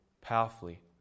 powerfully